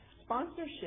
Sponsorship